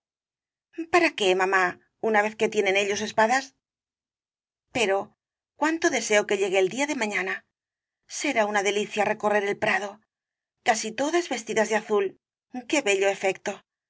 para qué mamá una vez que tienen ellos espadas pero cuánto deseo que llegue el día de mañana será una delicia recorrer el prado casi todas vestidas de azul qué bello efecto